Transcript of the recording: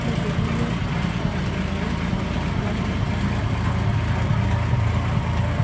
លើសពីនេះយើងក៏អាចប្រើសំឡីដោយដាក់ទ្រាប់ខាងក្នុងមាត់ ដើម្បីឱ្យមាត់បិទជិតបានល្អ។